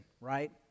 right